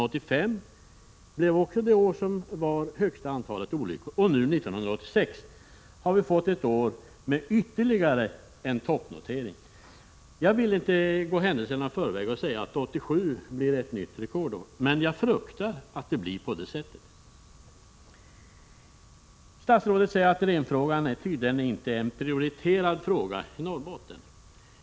1985 blev ett nytt rekordår. För 1986 har vi ytterligare en toppnotering. Jag vill inte gå händelserna i förväg och säga att 1987 blir ett nytt rekordår, men jag fruktar att det blir så. Statsrådet säger att renfrågan tydligen inte prioriteras i Norrbotten.